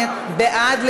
בעד.